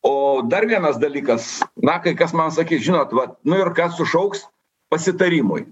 o dar vienas dalykas na kai kas man sakys žinot va ką sušauks pasitarimui